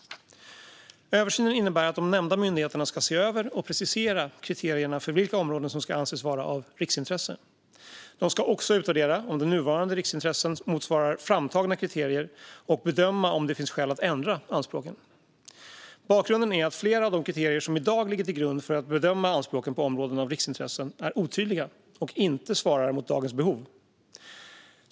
Översynen innebär att de nämnda myndigheterna ska se över och precisera kriterierna för vilka områden som ska anses vara av riksintresse. De ska också utvärdera om nuvarande riksintressen motsvarar framtagna kriterier och bedöma om det finns skäl att ändra anspråken. Bakgrunden är att flera av de kriterier som i dag ligger till grund för att bedöma anspråk på områden av riksintressen är otydliga och inte svarar mot dagens behov.